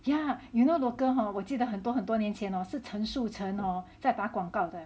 yeah you know local hor 我记得很多很多年前 hor 是陈澍城 hor 在打广告的